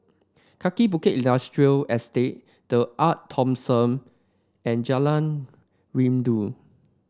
Kaki Bukit Industrial Estate The Arte Thomson and Jalan Rindu